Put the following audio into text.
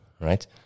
right